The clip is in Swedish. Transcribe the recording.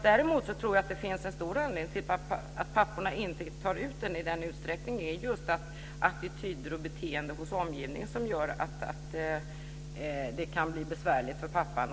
Däremot tror jag att det finns en stor anledning till att papporna inte tar ut föräldraledigheten i större utsträckning, nämligen att det är attityder och beteende hos omgivningen som gör att det kan bli besvärligt för pappan.